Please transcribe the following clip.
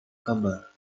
kabar